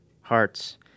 hearts